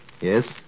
Yes